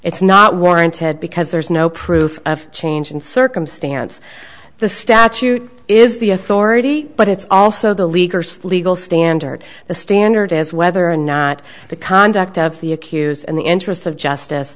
it's not warranted because there is no proof of a change in circumstance the statute is the authority but it's also the leakers legal standard the standard is whether or not the conduct of the accused and the interests of justice